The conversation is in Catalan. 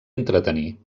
entretenir